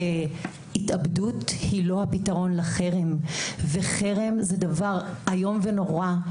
שהתאבדות היא לא הפתרון לחרם וחרם זה דבר איום ונורא.